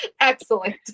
excellent